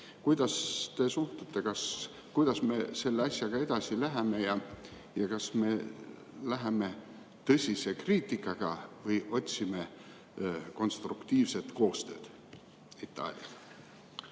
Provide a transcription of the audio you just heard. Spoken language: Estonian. Kuidas te suhtute, kuidas me selle asjaga edasi läheme? Kas me läheme tõsise kriitikaga või otsime konstruktiivset koostööd Itaaliaga?